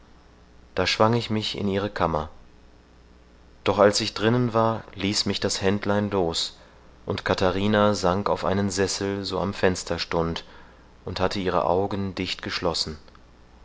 da schwang ich mich in ihre kammer doch als ich drinnen war ließ mich das händlein los und katharina sank auf einen sessel so am fenster stund und hatte ihre augen